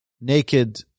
naked